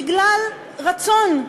בגלל רצון,